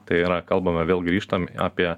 tai yra kalbame vėl grįžtam apie